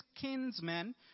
kinsmen